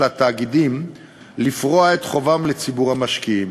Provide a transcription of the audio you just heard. התאגידים לפרוע את חובם לציבור המשקיעים.